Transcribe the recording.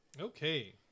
Okay